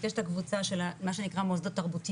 יש את הקבוצה של מה שנקרא מוסדות תרבותי